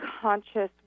conscious